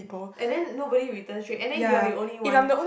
and then nobody returns tray and then you're the only one